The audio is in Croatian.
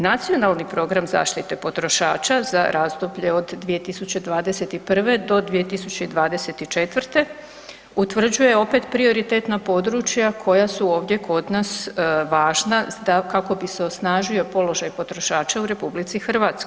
Nacionalni program zaštite potrošača za razdoblje od 2021. do 2024. utvrđuje opet prioritetna područja koja su ovdje kod nas važna da kako bi se osnažio položaj potrošača u RH.